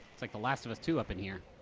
like the last of us two up in here.